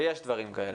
ויש דברים כאלה.